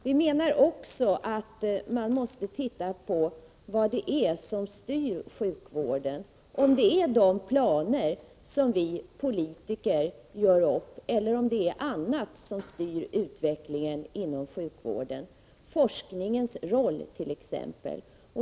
Vi menar också att man måste se på vad som styr sjukvården — om det är de planer vi politiker gör upp eller om det är annat som styr utvecklingen inom sjukvården; exempelvis forskningens roll.